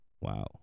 wow